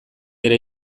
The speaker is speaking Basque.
ere